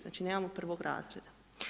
Znači, nemamo prvog razreda.